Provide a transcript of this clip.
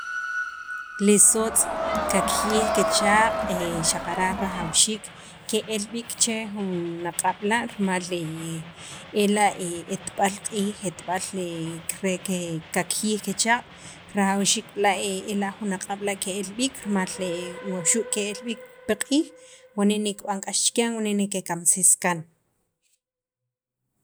li sootz' kakjiyij kechaaq' xaqara' rajawxiik ke'el b'iik che jun aq'ab' la' rimal ela' etb'al q'iij, etb'al re kakjiyij qechaq' rajawxiik b'la' ela' jun aq'ab' la' ke'al b'iik rimal waxu' ke'al b'iik paq'iij wani' kib'an k'ax chikyan, wani' ne kekamsis kaan.